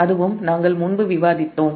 அதுவும் நாங்கள் முன்பு விவாதித்தோம்